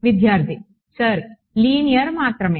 విద్యార్థి sir linear మాత్రమే